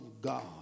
God